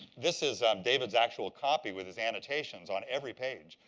this is um david's actual copy with his annotations on every page.